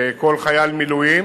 כל חייל מילואים,